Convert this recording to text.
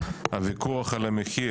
הוויכוח על המחיר.